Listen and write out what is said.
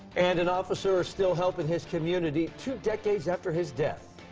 and. an officer is still helping his community. two decades after his death.